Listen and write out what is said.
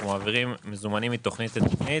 אנחנו מעבירים מזומנים מתוכנית לתוכנית.